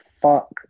fuck